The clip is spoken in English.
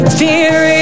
fear